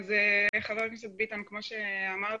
חבר הכנסת ביטן, כמו שאמרת,